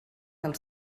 del